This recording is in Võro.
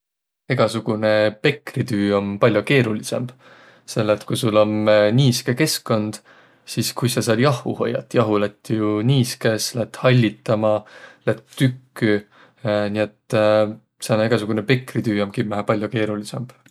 Egäsugunõ pekritüü om pall'o keerolidsõmb. Selle et ku sul om niiskõ keskkund, sis kuis sa sääl jahhu hoiat? Jahu lätt jo niiskõs, lätt hallitama, lätt tükki. Nii et sääne egäsugunõ pekritüü om kimmähe pall'o keerolidsõmb.